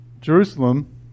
Jerusalem